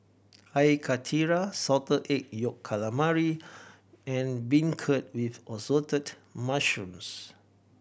Air Karthira Salted Egg Yolk Calamari and beancurd with Assorted Mushrooms